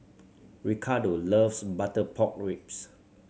Ricardo loves butter pork ribs